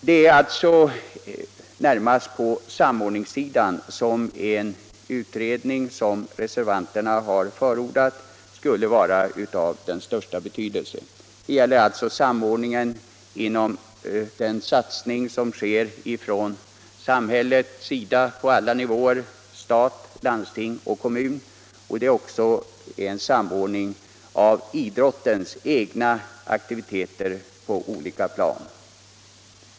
Det är närmast på samordningssidan som den utredning som reservanterna förordat skulle vara av största betydelse. Det gäller alltså en samordning av den satsning som sker från samhällets sida på olika nivåer —- stat, landsting och kommuner. Det gäller också en samordning av idrottens egna aktiviteter på olika plan.